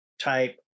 type